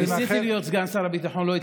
ניסיתי להיות סגן שר הביטחון, לא הצליח לי.